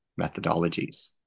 methodologies